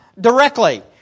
directly